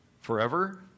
Forever